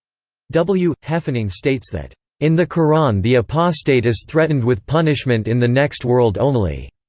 w. heffening states that in the qur'an the apostate is threatened with punishment in the next world only.